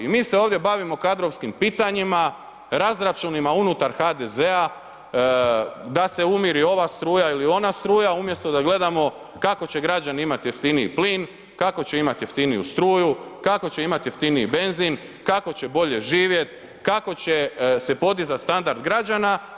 I mi se ovdje bavimo kadrovskim pitanjima, razračunima unutar HDZ-a, da se umiri ova struja ili ona struja umjesto da gledamo kako će građani imati jeftiniji plin, kako će imati jeftiniju struju, kako će imati jeftiniji benzin, kako će bolje živjeti, kako će se podizati standard građana.